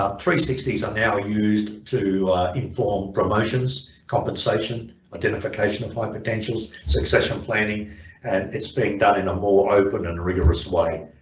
ah sixty s are now used to inform promotions, compensation, identification of high potentials, succession planning and it's being done in a more open and rigorous way,